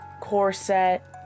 corset